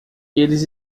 eles